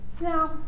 no